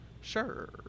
Sure